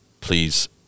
please